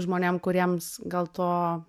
žmonėm kuriems gal to